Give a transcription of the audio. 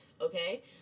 okay